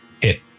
Hit